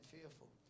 fearful